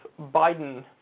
Biden